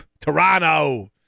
Toronto